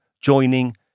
joining